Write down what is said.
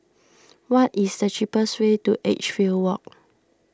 what is the cheapest way to Edgefield Walk